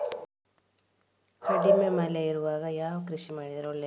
ಕಡಿಮೆ ಮಳೆ ಇರುವಾಗ ಯಾವ ಕೃಷಿ ಮಾಡಿದರೆ ಒಳ್ಳೆಯದು?